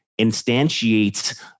instantiates